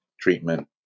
treatment